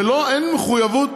אין מחויבות,